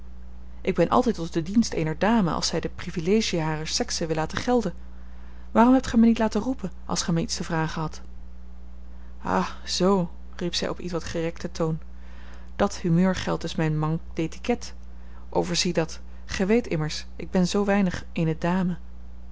ik ben altijd tot den dienst eener dame als zij de privilegiën harer sexe wil laten gelden waarom hebt gij mij niet laten roepen als gij mij iets te vragen hadt ah zoo riep zij op ietwat gerekten toon dat humeur geldt dus mijn manque d'étiquette overzie dat gij weet immers ik ben zoo weinig eene dame